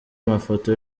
mafoto